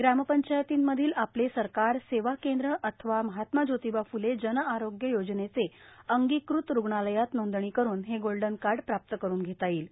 ग्रामपंचायतीमधील पले सरकार सेवा केंद्र अथवा महात्मा ज्योतिबा फुले जन रोग्य योजनेचे अंगीकृत रुग्णालयात नोंदणी करून हे गोल्डन काई प्राप्त घेता येईल